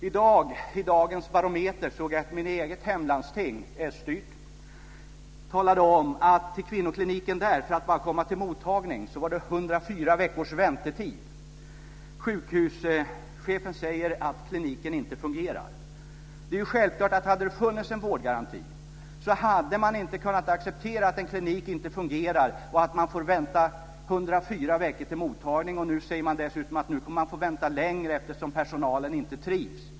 I dagens Barometern såg jag att det i mitt eget hemlandsting, s-styrt, var 104 veckors väntetid bara för att komma till mottagning på kvinnokliniken. Sjukhuschefen säger att kliniken inte fungerar. Det är självklart att om det hade funnits en vårdgaranti hade man inte kunnat acceptera att en klinik inte fungerar och att man får vänta 104 veckor för att få komma till mottagning. Nu säger man dessutom att man kommer att få vänta längre eftersom personalen inte trivs.